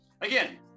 Again